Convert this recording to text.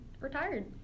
retired